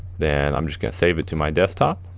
then i'm just gonna save it to my desktop.